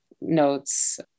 notes